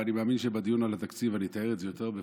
ואני מאמין שבדיון על התקציב אני אתאר את זה יותר בפרוטרוט,